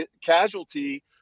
casualty